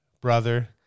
brother